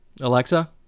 Alexa